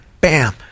bam